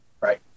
right